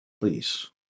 Please